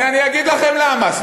אני אגיד לכם למה.